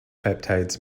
peptides